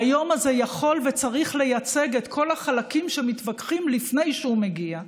היום הזה יכול וצריך לייצג את כל החלקים שמתווכחים לפני שהוא מגיע,